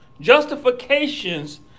Justification's